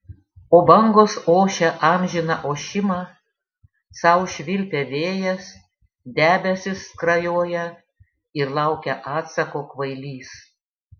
o bangos ošia amžiną ošimą sau švilpia vėjas debesys skrajoja ir laukia atsako kvailys